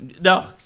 No